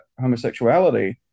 homosexuality